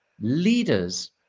leaders